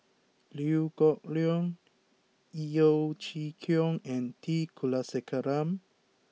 Liew Geok Leong Yeo Chee Kiong and T Kulasekaram